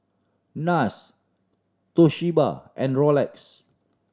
Nars Toshiba and Rolex